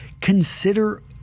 consider